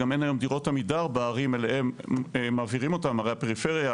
וגם אין היום דירות "עמידר" בערים אליהן מעבירים אותם; ערי הפריפריה,